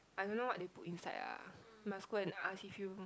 I don't know what they put inside ah must go and ask if you